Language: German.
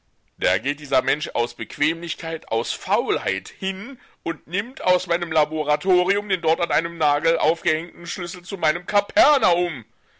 da geht dieser mensch aus bequemlichkeit aus faulheit hin und nimmt aus meinem laboratorium den dort an einem nagel aufgehängten schlüssel zu meinem kapernaum